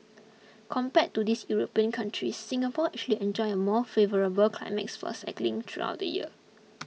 compared to these European countries Singapore actually enjoy a more favourable climate for cycling throughout the year